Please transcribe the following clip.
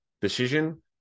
Decision